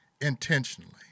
intentionally